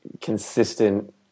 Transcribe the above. consistent